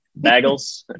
Bagels